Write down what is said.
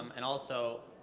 and also,